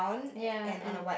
ya and